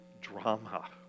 drama